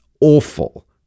awful